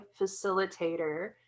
facilitator